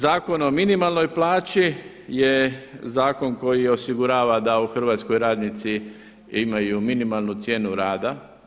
Zakon o minimalnoj plaći je zakon koji osigurava da u Hrvatskoj radnici imaju minimalnu cijenu rada.